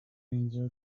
اینجا